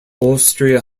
austria